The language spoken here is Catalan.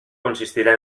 consistirà